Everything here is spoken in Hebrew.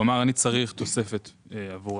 הוא אמר שהוא צריך תוספת עבור